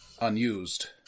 unused